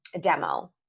demo